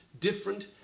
different